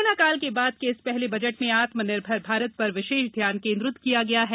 corona काल के बाद के इस पहले बजट में आत्मनिर्भर भारत पर विशेष ध्यान केंद्रित किया गया है